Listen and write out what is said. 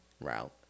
route